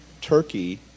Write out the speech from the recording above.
turkey